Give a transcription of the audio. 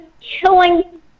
killing